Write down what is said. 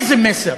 איזה מסר